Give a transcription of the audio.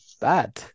bad